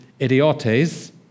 idiotes